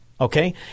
okay